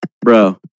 Bro